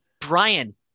Brian